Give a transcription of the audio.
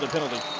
ah penalty.